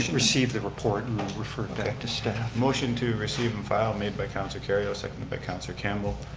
receive the report and refer it back to staff. motion to receive and file made by councilor kerrio, seconded by councilor campbell,